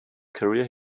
career